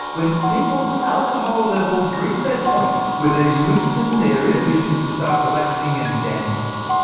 when people's alcohol levels reach that point where they loosen their inhibitions, and start relaxing and dancing.